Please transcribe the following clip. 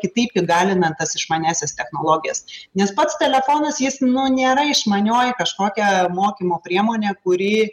kitaip įgalinant tas išmaniąsias technologijas nes pats telefonas jis nu nėra išmanioji kažkokia mokymo priemonė kuri